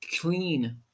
clean